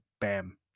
bam